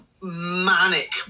manic